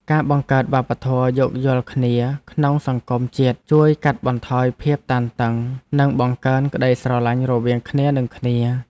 ការបង្កើតវប្បធម៌យោគយល់គ្នាក្នុងសង្គមជាតិជួយកាត់បន្ថយភាពតានតឹង និងបង្កើនក្តីស្រឡាញ់រវាងគ្នានឹងគ្នា។